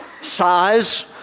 size